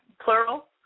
plural